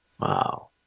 Wow